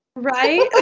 right